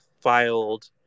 filed